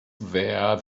there